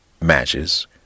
matches